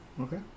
Okay